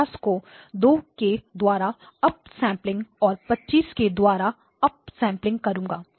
मैं 50 को 2 के द्वारा अप सैंपलिंग और 25 के द्वारा अप सैंपलिंग करूँगा